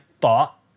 thought